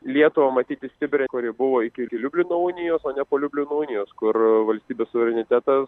lietuvą matyti stiprią kuri buvo iki liublino unijos o ne po liublino unijos kur valstybės suverenitetas